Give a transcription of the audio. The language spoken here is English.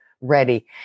ready